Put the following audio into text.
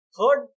Third